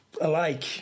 alike